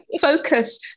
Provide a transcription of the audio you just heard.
focus